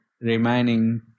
remaining